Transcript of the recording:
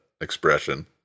expression